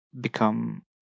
become